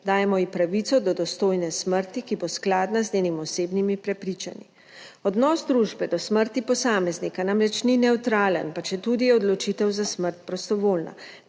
Dajemo ji pravico do dostojne smrti, ki bo skladna z njenimi osebnimi prepričanji. Odnos družbe do smrti posameznika namreč ni nevtralen, pa četudi je odločitev za smrt prostovoljna.